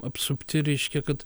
apsupti reiškia kad